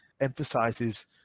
emphasizes